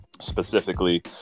specifically